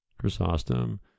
Chrysostom